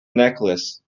necklace